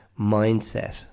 mindset